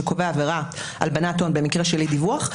שקובע עבירה של הלבנת הון במקרה של אי דיווח,